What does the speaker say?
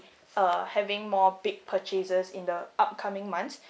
uh having more big purchases in the upcoming months